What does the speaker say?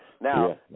Now